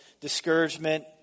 discouragement